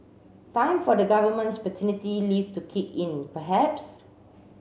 time for the government's paternity leave to kick in perhaps